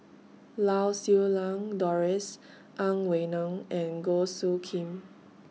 Lau Siew Lang Doris Ang Wei Neng and Goh Soo Khim